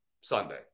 Sunday